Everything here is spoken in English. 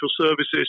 services